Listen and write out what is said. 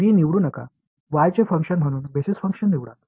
b निवडू नका Y चे फंक्शन म्हणून बेसिस फंक्शन निवडा